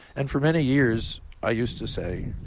and for many years i used to say,